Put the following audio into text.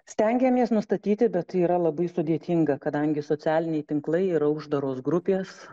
stengiamės nustatyti bet tai yra labai sudėtinga kadangi socialiniai tinklai yra uždaros grupės